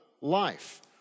life